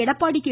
Edappadi K